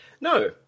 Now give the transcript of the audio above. No